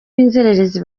b’inzererezi